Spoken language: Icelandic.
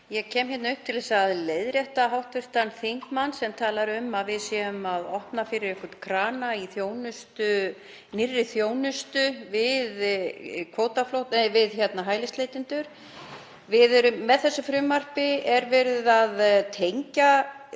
Ég kem hingað upp til að leiðrétta hv. þingmann sem talar um að við séum að opna fyrir einhvern krana í nýrri þjónustu við hælisleitendur. Með þessu frumvarpi er verið að tengja þá